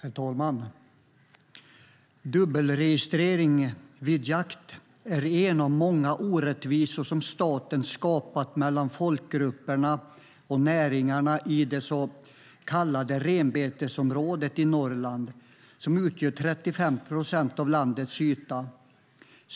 Herr talman! Dubbelregistrering vid jakt är en av många orättvisor som staten har skapat mellan folkgrupperna och näringarna i det så kallade renbetesområdet i Norrland, som utgör 35 procent av landets yta.